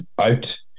out